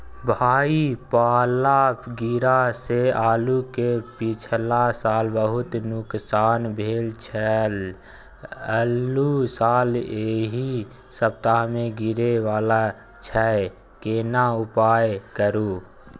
भाई पाला गिरा से आलू के पिछला साल बहुत नुकसान भेल छल अहू साल एहि सप्ताह में गिरे वाला छैय केना उपाय करू?